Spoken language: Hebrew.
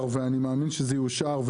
יאושר ואני מאמין שזה יאושר,